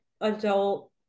adult